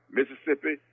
Mississippi